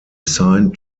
signed